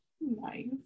Nice